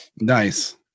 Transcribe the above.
Nice